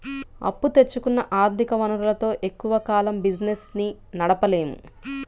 అప్పు తెచ్చుకున్న ఆర్ధిక వనరులతో ఎక్కువ కాలం బిజినెస్ ని నడపలేము